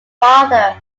father